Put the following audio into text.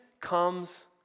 comes